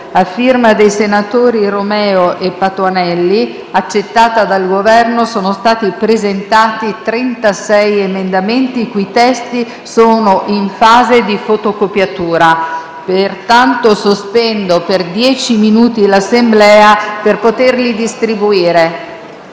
a firma dei senatori Romeo e Patuanelli, accettata dal Governo, sono stati presentati 36 emendamenti, i cui testi sono in fase di fotocopiatura. Pertanto, sospendo la seduta per dieci minuti per poterli distribuire.